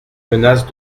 menace